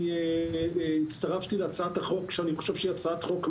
אני הצטרפתי להצעת החוק כי היא מצוינת.